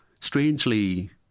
strangely